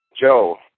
Joe